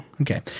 okay